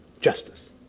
justice